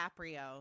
DiCaprio